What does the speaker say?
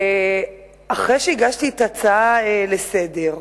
אחרי שהגשתי את ההצעה לסדר-היום,